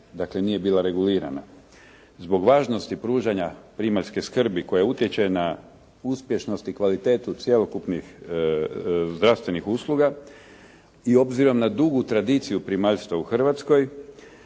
dakle nije bila regulirana. Zbog važnosti pružanja primaljske skrbi koja utječe na uspješnost i kvalitetu cjelokupnih zdravstvenih usluga i obzirom na dugu tradiciju primaljstva u Hrvatskoj